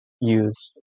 use